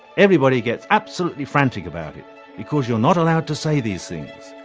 everybody gets absolutely frantic about it because you're not allowed to say these things.